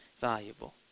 valuable